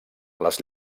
les